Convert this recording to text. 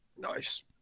Nice